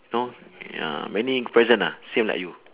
you know ya many present ah same like you